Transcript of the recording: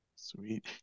Sweet